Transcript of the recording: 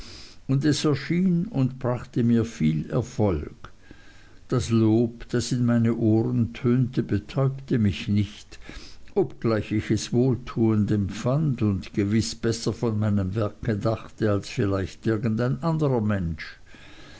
und es erschien und brachte mir viel erfolg das lob das in meine ohren tönte betäubte mich nicht obgleich ich es wohltuend empfand und gewiß besser von meinem werke dachte als vielleicht irgend ein anderer mensch